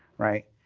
right?